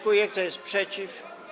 Kto jest przeciw?